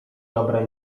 dobre